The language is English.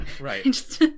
Right